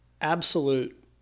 absolute